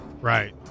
Right